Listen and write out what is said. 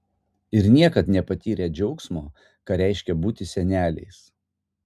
ir niekad nepatyrę džiaugsmo ką reiškia būti seneliais